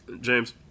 James